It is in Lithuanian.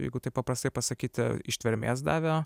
jeigu taip paprastai pasakyti ištvermės davė